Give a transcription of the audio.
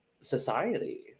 society